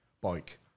bike